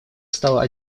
стала